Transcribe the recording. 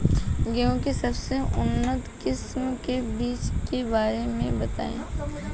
गेहूँ के सबसे उन्नत किस्म के बिज के बारे में बताई?